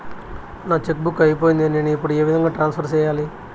నా cheque book అయిపోయింది నేను ఇప్పుడు ఏ విధంగా ట్రాన్స్ఫర్ సేయాలి?